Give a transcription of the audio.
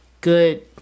good